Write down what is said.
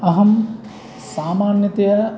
अहं सामान्यतया